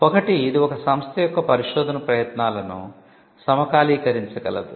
ఒకటి ఇది ఒక సంస్థ యొక్క పరిశోధన ప్రయత్నాలను సమకాలీకరించగలదు